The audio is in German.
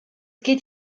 geht